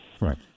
Right